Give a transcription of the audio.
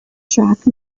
track